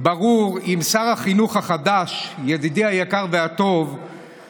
רול, אינו נוכח יואל רזבוזוב,